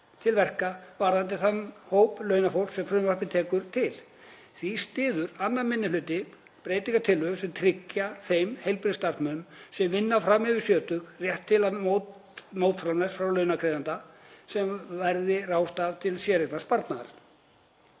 til verka varðandi þann hóp launafólks sem frumvarpið tekur til. Því styður 2. minni hluti breytingartillögu sem tryggir þeim heilbrigðisstarfsmönnum sem vinna fram yfir sjötugt rétt til mótframlags frá launagreiðanda sem verði ráðstafað til séreignarsparnaðar.